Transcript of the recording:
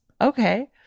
Okay